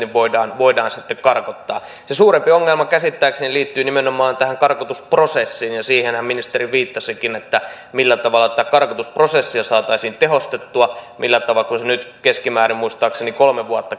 voidaan voidaan sitten karkottaa se suurempi ongelma käsittääkseni liittyy nimenomaan tähän karkotusprosessiin ja siihenhän ministeri viittasikin että millä tavalla tätä karkotusprosessia saataisiin tehostettua kun tämä itse prosessi kestää muistaakseni keskimäärin kolme vuotta